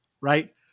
Right